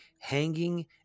hanging